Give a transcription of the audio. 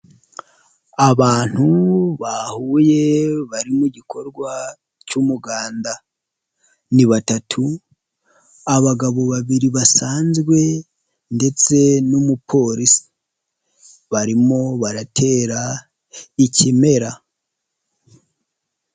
Abantu bahuye bari mu gikorwa cy'umuganda, ni batatu abagabo babiri basanzwe ndetse n'umupolisi, barimo baratera ikimera.